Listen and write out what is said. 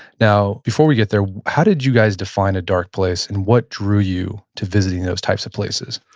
now before we get there, how did you guys define a dark place and what drew you to visiting those types of places?